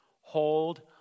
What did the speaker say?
hold